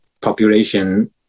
population